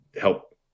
help